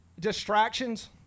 distractions